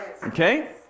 Okay